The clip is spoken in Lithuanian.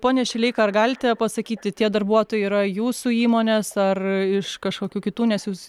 pone šileika ar galite pasakyti tie darbuotojai yra jūsų įmonės ar iš kažkokių kitų nes jūs